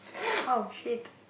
oh shit